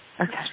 Okay